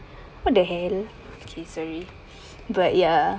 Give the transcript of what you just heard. what the hell okay sorry but ya